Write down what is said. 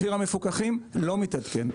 מחיר המפוקחים לא מתעדכן.